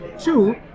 Two